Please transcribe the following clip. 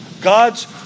God's